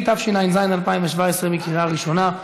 התשע"ז 2017, קריאה ראשונה.